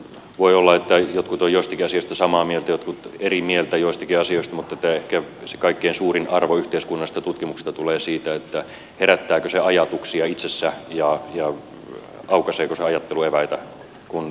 voi olla että jotkut ovat joistakin asioista samaa mieltä jotkut eri mieltä joistakin asioista mutta ehkä se kaikkein suurin arvo yhteiskunnallisesta tutkimuksesta tulee siitä herättääkö se ajatuksia itsessä ja aukaiseeko se ajattelu eväitä kun